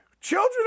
Children